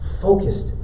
Focused